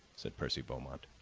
said percy beaumont.